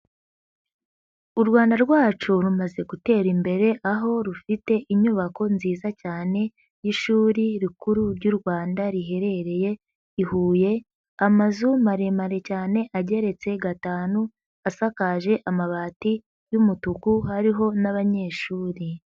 U Rwanda rwacu rumaze gutera imbere aho rufite inyubako nziza cyane y'ishuri rikuru ry'u Rwanda riherereye i Huye, amazu maremare cyane ageretse gatanu asakaje amabati y'umutuku hariho n'abanyeshuri.